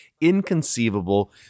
inconceivable